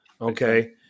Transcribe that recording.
Okay